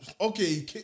okay